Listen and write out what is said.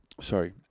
Sorry